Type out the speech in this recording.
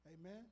amen